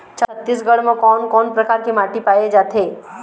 छत्तीसगढ़ म कोन कौन प्रकार के माटी पाए जाथे?